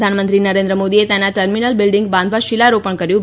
પ્રધાનમંત્રી નરેન્દ્ર મોદીએ તેના ટર્મિનલ બીલ્ડીંગ બાંધવા શીલારોપણ કર્યું હતું